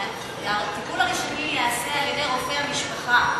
הטיפול הראשוני ייעשה על-ידי רופא המשפחה.